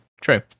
True